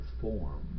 form